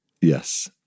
Yes